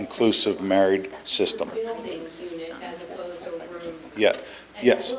inclusive married system yes yes